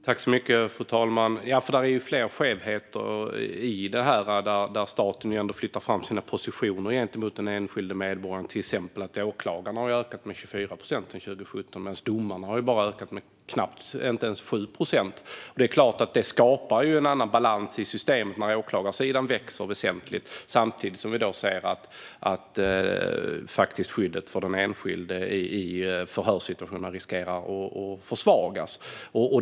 Fru talman! Det finns ju fler skevheter i detta. Staten flyttar fram sina positioner gentemot den enskilde medborgaren. Till exempel har antalet åklagare ökat med 24 procent sedan 2017, medan antalet domare inte ens har ökat med 7 procent. Det är klart att det skapar en annan balans i systemet när åklagarsidan växer väsentligt samtidigt som vi ser att skyddet för den enskilde i förhörssituationen riskerar att försvagas.